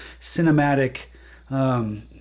cinematic